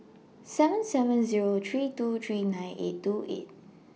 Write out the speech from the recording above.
seven seven Zero three two three nine eight two eight